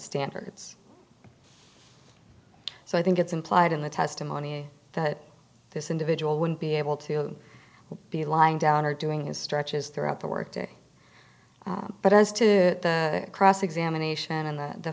standards so i think it's implied in the testimony that this individual wouldn't be able to be lying down or doing is stretches throughout the workday but as to cross examination and that the